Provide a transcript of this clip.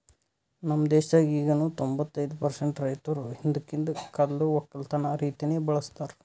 ನಮ್ ದೇಶದಾಗ್ ಈಗನು ತೊಂಬತ್ತೈದು ಪರ್ಸೆಂಟ್ ರೈತುರ್ ಹಿಂದಕಿಂದ್ ಕಾಲ್ದು ಒಕ್ಕಲತನ ರೀತಿನೆ ಬಳ್ಸತಾರ್